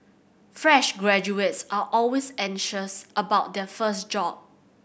fresh graduates are always anxious about their first job